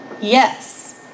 Yes